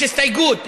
יש הסתייגות,